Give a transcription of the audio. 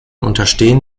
unterstehen